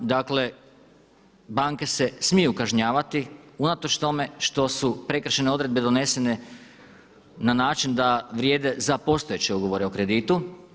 Dakle banke se smiju kažnjavati unatoč tome što su prekršajne odredbe donesene na način da vrijede za postojeće ugovore o kreditu.